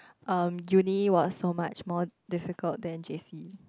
um Uni was so much more difficult than J_C